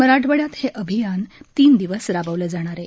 मराठवाड्यात हे अभियान तीन दिवस राबवलं जाणार आहे